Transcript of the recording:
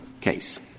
case